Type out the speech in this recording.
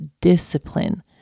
discipline